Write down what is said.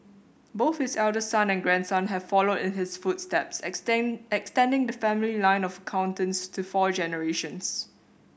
both his eldest son and grandson have followed in his footsteps extend extending the family line of accountants to four generations